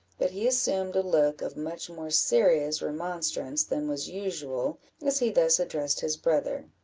that he assumed a look of much more serious remonstrance than was usual as he thus addressed his brother